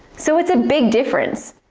so, it's a big difference,